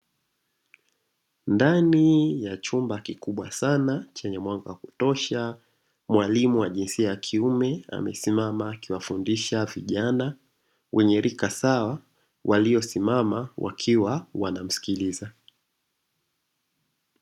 Ndani ya chumba kikubwa sana chenye mwanga wa kutosha, mwalimu wa jinsia ya kiume amesimama akiwafundisha vijana wenye rika sawa waliosimama wakiwa wanamsikiliza.